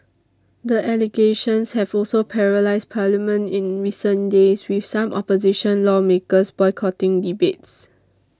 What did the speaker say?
the allegations have also paralysed parliament in recent days with some opposition lawmakers boycotting debates